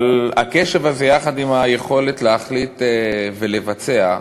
אבל הקשב הזה יחד עם היכולת להחליט ולבצע,